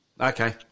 Okay